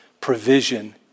provision